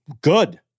good